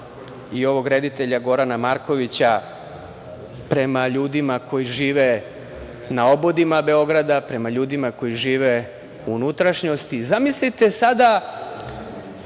i ovog reditelja Gorana Markovića prema ljudima koji žive na obodima Beograda, prema ljudima koji žive u unutrašnjosti. Zamislite sada